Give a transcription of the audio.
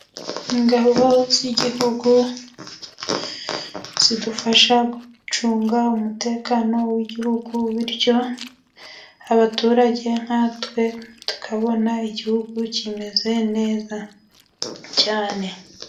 Ingabo z'igihugu zidufasha gucunga umutekano w'igihugu, bityo abaturage nkatwe tukabona igihugu kimeze neza cyane.